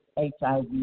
HIV